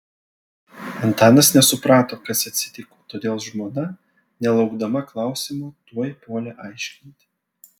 antanas nesuprato kas atsitiko todėl žmona nelaukdama klausimo tuoj puolė aiškinti